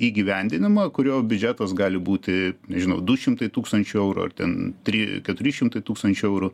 įgyvendinimą kurio biudžetas gali būti nežinau du šimtai tūkstančiai eurų ar ten try keturi šimtai tūkstančių eurų